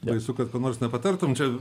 baisu kad ko nors nepatartum čia